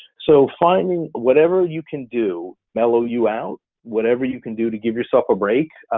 so finding whatever you can do, mellow you out, whatever you can do to give yourself a break,